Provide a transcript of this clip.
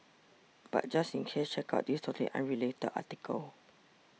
but just in case check out this totally unrelated article